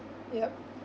yup